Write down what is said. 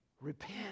Repent